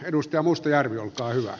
edustaja mustajärvi olkaa hyvä